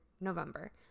November